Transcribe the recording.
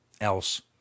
else